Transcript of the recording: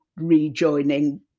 rejoining